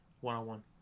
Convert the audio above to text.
one-on-one